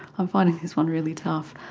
i'm finding this one really tough.